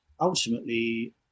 ultimately